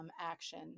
action